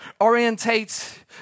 Orientate